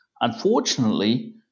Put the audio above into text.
unfortunately